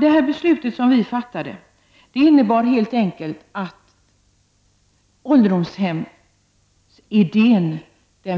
Det här beslutet innebar helt enkelt att ålderdomshemsidén